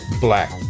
black